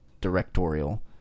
directorial